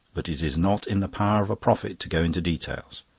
but it is not in the power of a prophet to go into details,